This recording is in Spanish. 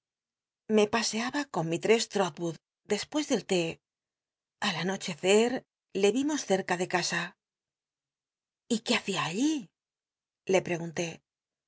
me aseaba con mistrc s trotwood despues dcllé al anochecer le imoscerc a de casa biblioteca nacional de españa da vid copperfield y qué hacia allí le pcgunté